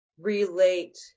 relate